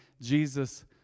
Jesus